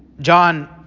John